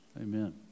Amen